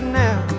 now